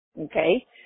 Okay